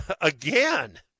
again